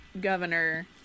governor